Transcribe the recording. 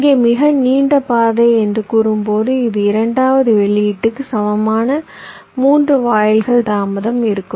இங்கே மிக நீண்ட பாதை என்று கூறும்போது இது இரண்டாவது வெளியீட்டுக்கு சமமான 3 வாயில்கள் தாமதமாக இருக்கும்